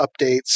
updates